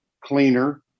cleaner